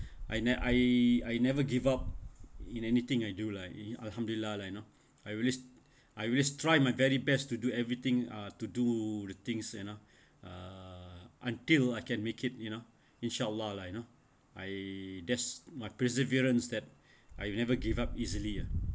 I ne~ I never give up in anything I do lah alhamdulillah lah you know I really strive my very best to do everything uh to do the things you know uh until I can make it you know inshaallah lah you know I that's my perseverance that I've never give up easily